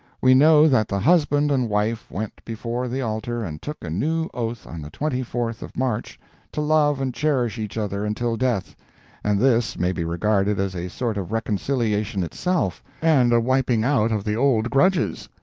we know that the husband and wife went before the altar and took a new oath on the twenty fourth of march to love and cherish each other until death and this may be regarded as a sort of reconciliation itself, and a wiping out of the old grudges.